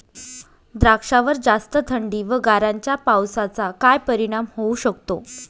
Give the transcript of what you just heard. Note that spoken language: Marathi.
द्राक्षावर जास्त थंडी व गारांच्या पावसाचा काय परिणाम होऊ शकतो?